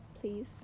Please